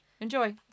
Enjoy